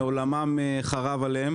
עולמם חרב עליהם.